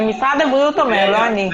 זה משרד הבריאות אומר, לא אני.